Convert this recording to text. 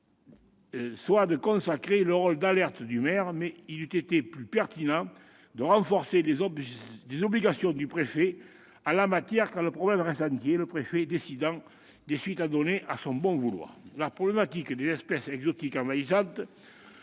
soit de consacrer le rôle d'alerte du maire, mais il eût été plus pertinent de renforcer les obligations du préfet en la matière, car le problème reste entier, le préfet décidant des suites à donner selon son bon vouloir. La problématique des espèces exotiques envahissantes